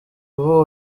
ubu